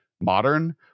modern